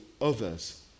others